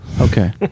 Okay